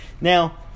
Now